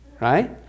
right